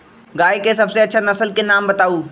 गाय के सबसे अच्छा नसल के नाम बताऊ?